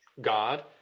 God